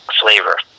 flavor